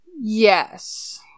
Yes